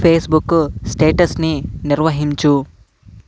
Facebook స్టేటస్ని నిర్వహించు